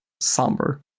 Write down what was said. Somber